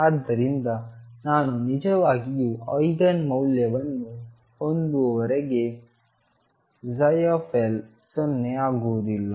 ಆದ್ದರಿಂದ ನಾನು ನಿಜವಾಗಿಯೂ ಐಗನ್ ಮೌಲ್ಯವನ್ನು ಹೊಂದುವವರೆಗೆ ψ 0 ಆಗುವುದಿಲ್ಲ